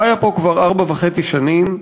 חיה פה כבר ארבע וחצי שנים,